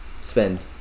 spend